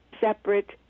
separate